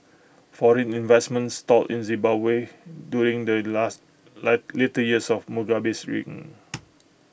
foreign investment stalled in Zimbabwe during the last later years of Mugabe's reign